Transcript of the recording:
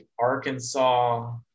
Arkansas